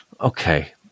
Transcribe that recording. okay